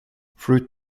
fruit